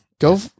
Go